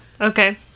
Okay